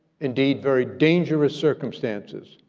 indeed, very dangerous circumstances,